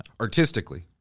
Artistically